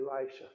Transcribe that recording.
Elisha